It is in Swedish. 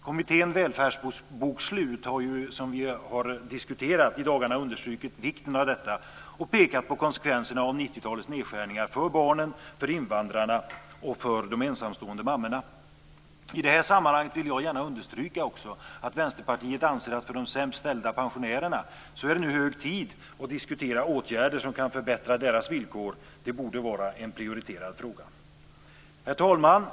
Kommittén Välfärdsbokslut har ju, som vi har diskuterat, i dagarna understrukit vikten av detta och pekat på konsekvenserna av 90-talets nedskärningar för barnen, invandrarna och de ensamstående mammorna. I det här sammanhanget vill jag gärna understryka att Vänsterpartiet anser att för de sämst ställda pensionärerna är det nu hög tid att diskutera åtgärder som kan förbättra deras villkor. Det borde vara en prioriterad fråga. Herr talman!